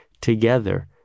together